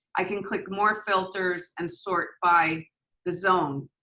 i can click more filters and sort by the zone.